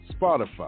Spotify